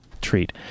treat